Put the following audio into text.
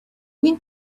went